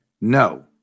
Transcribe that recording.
No